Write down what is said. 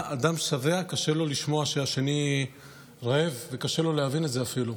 לאדם שבע קשה לשמוע שהשני רעב וקשה לו להבין את זה אפילו.